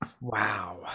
Wow